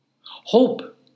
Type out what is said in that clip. Hope